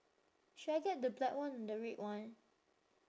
should I get the black one the red one